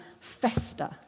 fester